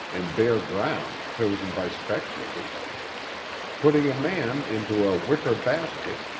in bare ground chosen by spectators putting a man into a wicker basket,